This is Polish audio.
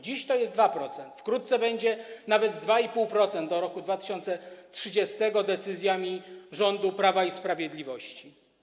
Dziś to jest 2%, wkrótce będzie nawet 2,5%, do roku 2030, zgodnie z decyzjami rządu Prawa i Sprawiedliwości.